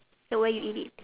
and where you eat it